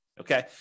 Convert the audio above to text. Okay